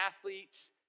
athletes